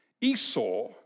Esau